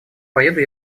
поеду